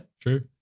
true